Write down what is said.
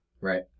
Right